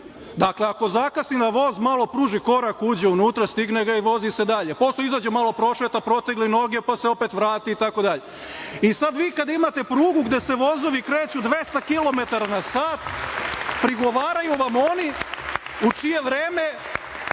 Dakle, ako je zakasnio voz, malo pruži korak, uđe unutra, stigne ga i vozi se dalje. Posle izađe, malo prošeta, protegne noge, pa se opet vrati i tako dalje. E, sad vi kad imate prugu gde se vozovi kreću 200 kilometara na sat, prigovaraju vam oni u čije vreme